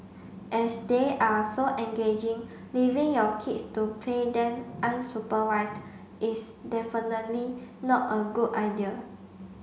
as they are so engaging leaving your kids to play them unsupervised is definitely not a good idea